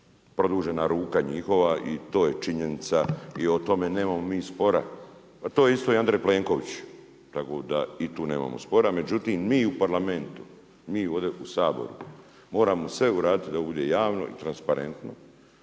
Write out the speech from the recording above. produžena ruka njihova i to je činjenica i tome nemamo mi spora. Pa to je isto i Andrej Plenković, tako da i tu nemamo spora. Međutim, mi u Parlamentu, mi ovdje u Saboru, moramo sve uraditi da ovo bude javno i transparentno,